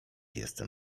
jestem